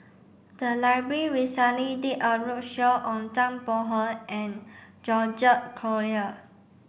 the library recently did a roadshow on Zhang Bohe and George Collyer